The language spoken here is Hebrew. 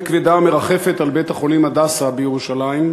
כבדה מרחפת על בית-החולים "הדסה" בירושלים,